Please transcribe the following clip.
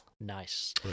Nice